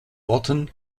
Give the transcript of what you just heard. orten